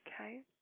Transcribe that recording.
okay